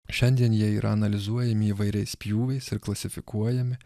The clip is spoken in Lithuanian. šiandien jie yra analizuojami įvairiais pjūviais ir klasifikuojami